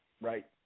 right